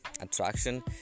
Attraction